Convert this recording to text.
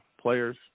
players